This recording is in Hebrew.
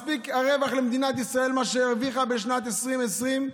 מספיק למדינת ישראל הרווח שהרוויחה בשנת 2020,